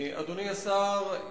אדוני השר,